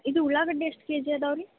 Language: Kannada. ಇದು ಉಳ್ಳಾಗಡ್ಡಿ ಎಷ್ಟು ಕೆ ಜಿ ಅದಾವೆ ರೀ